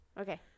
okay